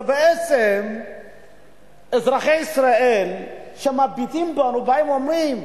בעצם אזרחי ישראל, שמביטים בנו, באים ואומרים: